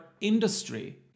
industry